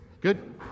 Good